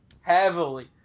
heavily